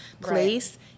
place